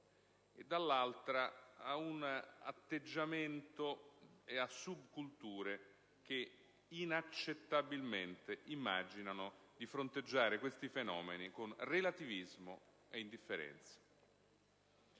e, dall'altra, ad un atteggiamento e a subculture che inaccettabilmente immaginano di fronteggiare questi fenomeni con relativismo e indifferenza.